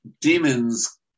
demons